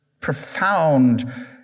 profound